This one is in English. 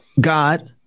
God